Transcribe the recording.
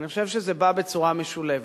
אני חושב שזה בא בצורה משולבת.